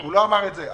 הוא לא אמר את זה.